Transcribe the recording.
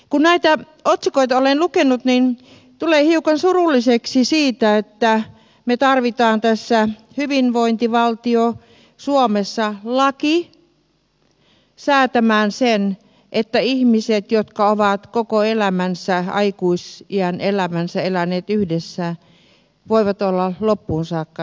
kun näitä otsikoita olen lukenut niin tulee hiukan surulliseksi siitä että me tarvitsemme tässä hyvinvointivaltio suomessa lain säätämään sen että ihmiset jotka ovat koko elämänsä aikuisiän elämänsä eläneet yhdessä voivat olla loppuun saakka yhdessä